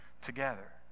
together